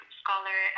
scholar